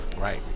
Right